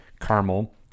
caramel